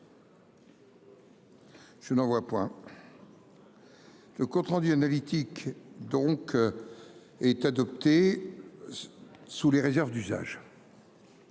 Je n'en vois point. Le compte rendu analytique donc. Est adoptée. Sous les réserves d'usage.